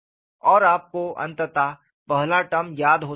और आपको अंततः पहला टर्म याद हो सकता है